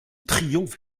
triomphe